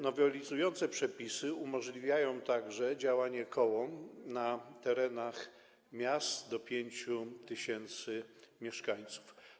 Nowelizujące przepisy umożliwiają także działanie kołom na terenach miast do 5 tys. mieszkańców.